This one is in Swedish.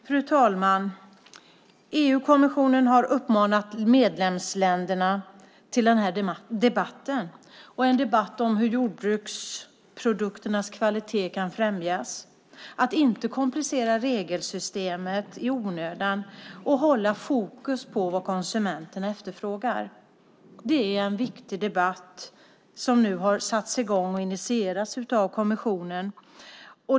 Fru talman! EU-kommissionen har uppmanat medlemsländerna till den här debatten och till en debatt om hur jordbruksprodukternas kvalitet kan främjas, att inte komplicera regelsystemet i onödan och att hålla fokus på vad konsumenterna efterfrågar. Det är en viktig debatt som nu initierats och satts i gång av kommissionen.